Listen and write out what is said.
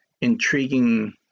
intriguing